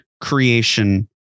creation